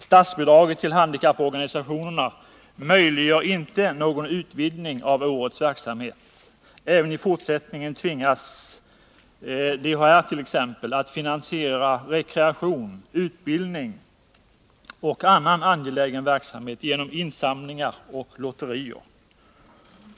Statsbidraget till handikapporganisationerna möjliggör inte någon utvidgning av årets verksamhet. Även i fortsättningen tvingas DHR att finansiera rekreation, utbildning och annan angelägen verksamhet med insamlingar och lotterier.